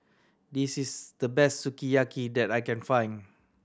this is the best Sukiyaki that I can find